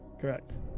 Correct